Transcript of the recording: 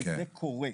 וזה קורה.